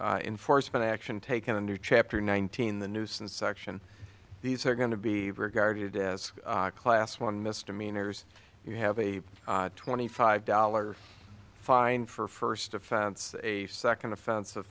a enforcement action taken a new chapter nineteen the nuisance section these are going to be regarded as a class one misdemeanors you have a twenty five dollars fine for a first offense a second offens